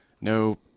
No